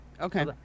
Okay